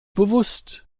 bewusst